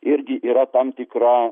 irgi yra tam tikra